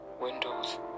windows